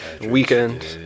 weekend